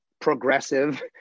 progressive